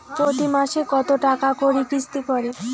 প্রতি মাসে কতো টাকা করি কিস্তি পরে?